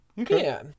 Okay